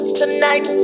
tonight